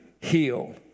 heal